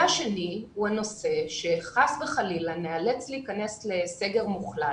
הנושא השני הוא הנושא שחס וחלילה ניאלץ להיכנס לסגר מוחלט